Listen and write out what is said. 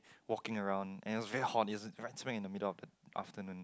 walking around and it was very hot it was right smack in the middle of afternoon